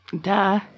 Duh